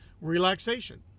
relaxation